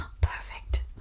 perfect